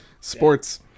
Sports